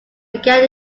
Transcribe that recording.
began